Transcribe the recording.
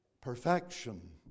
perfection